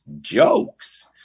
jokes